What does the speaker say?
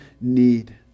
need